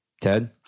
Ted